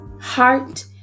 heart